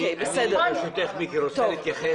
אם יהיו דירות לכל הילדים שלו אז אולי הוא כן ירצה.